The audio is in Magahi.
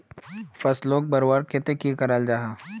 फसलोक बढ़वार केते की करा जाहा?